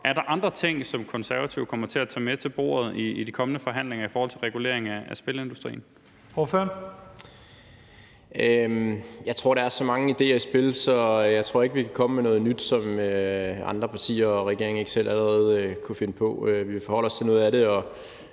Er der andre ting, som Konservative kommer til at tage med til bordet i de kommende forhandlinger i forhold til regulering af spilindustrien? Kl. 16:19 Første næstformand (Leif Lahn Jensen): Ordføreren. Kl. 16:19 Rasmus Jarlov (KF): Jeg tror, der er så mange idéer i spil, at jeg ikke tror, vi kan komme med noget nyt, som andre partier og regeringen ikke selv allerede kunne finde på. Vi forholder os til noget af det, og